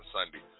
Sunday